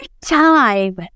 time